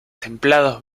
templados